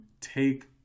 take